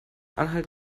anhalt